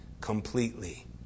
Completely